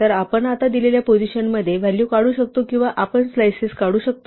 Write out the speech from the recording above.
तर आपण आता दिलेल्या पोझिशनमध्ये व्हॅल्यू काढू शकतो किंवा आपण स्लाईसेस काढू शकतो